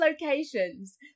locations